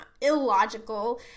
illogical